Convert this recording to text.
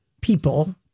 people